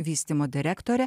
vystymo direktorė